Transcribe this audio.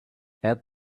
add